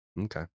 Okay